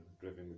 driving